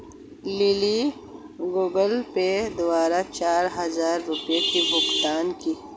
lily Google Pay द्वारा चार हजार रुपए की भुगतान की